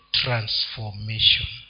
transformation